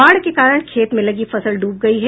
बाढ़ के कारण खेत में लगी फसल डूब गयी है